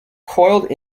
coiled